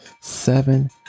seven